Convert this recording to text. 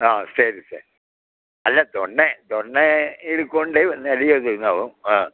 ಹಾಂ ಸರಿ ಸರ್ ಅಲ್ಲ ದೊಣ್ಣೆ ದೊಣ್ಣೆ ಹಿಡ್ಕೊಂಡೆ ನಡೆಯೋದ್ ಈಗ ನಾವು ಹಾಂ